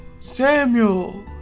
Samuel